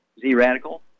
Z-Radical